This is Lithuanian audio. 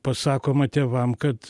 pasakoma tėvam kad